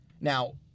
Now